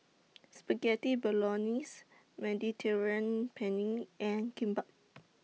Spaghetti Bolognese Mediterranean Penne and Kimbap